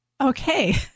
Okay